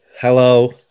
Hello